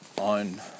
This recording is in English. on